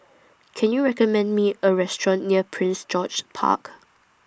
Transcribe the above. Can YOU recommend Me A Restaurant near Prince George's Park